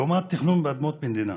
לעומת תכנון באדמות מדינה,